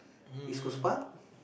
um